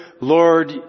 Lord